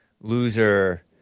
loser